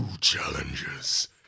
challenges